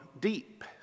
deep